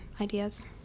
ideas